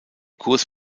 kurs